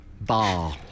Bar